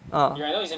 ah